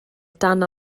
dan